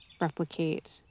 replicate